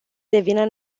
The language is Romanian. devină